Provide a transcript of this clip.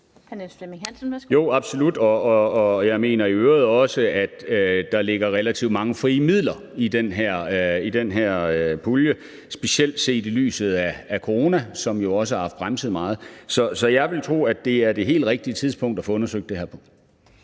Niels Flemming Hansen (KF): Jo, absolut. Jeg mener i øvrigt også, at der ligger relativt mange frie midler i den her pulje – specielt set i lyset af coronaen, som jo også har bremset meget. Så jeg vil tro, at det er det helt rigtige tidspunkt at få undersøgt det her på.